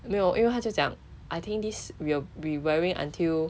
没有因为他就讲 I think this will be wearing until